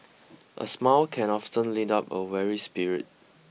a smile can often lead up a weary spirit